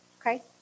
Okay